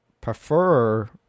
prefer